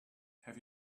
have